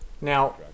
Now